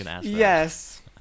yes